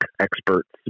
experts